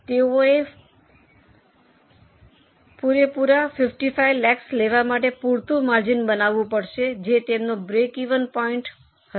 તેઓએ 55 લાખ પુરે લેવા માટે પૂરતું માર્જિન બનાવવું પડશે જે તેમનો બ્રેકિવન પોઇન્ટ હશે